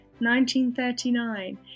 1939